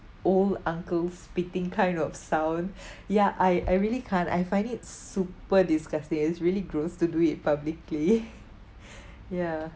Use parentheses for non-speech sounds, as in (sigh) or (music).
old uncle spitting kind of sound ya I I really can't I find it s~ super disgusting it's really gross to do it publicly (laughs) ya